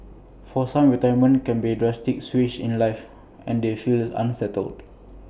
for some retirement can be A drastic switch in life and they feel unsettled